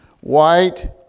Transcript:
white